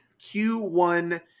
Q1